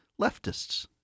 leftists